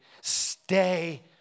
stay